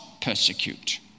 persecute